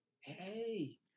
hey